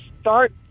start